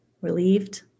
relieved